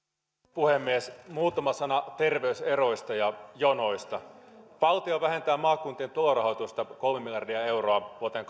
puhemies muutama sana terveyseroista ja jonoista valtio vähentää maakuntien tulorahoitusta kolme miljardia euroa vuoteen